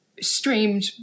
streamed